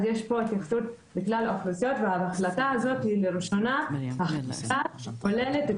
אז יש פה התייחסות לכלל האוכלוסיות וההחלטה הזו היא לראשונה כוללת את